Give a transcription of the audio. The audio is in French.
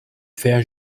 fer